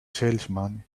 salesman